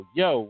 yo